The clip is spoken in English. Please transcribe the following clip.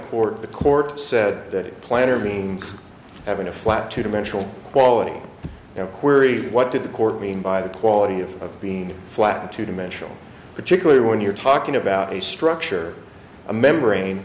court the court said that planner means having a flat two dimensional quality of query what did the court mean by the quality of being flattened two dimensional particularly when you're talking about a structure a membrane